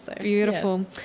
beautiful